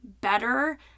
better